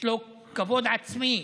יש לו כבוד עצמי,